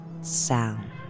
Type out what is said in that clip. sound